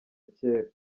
kera